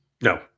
no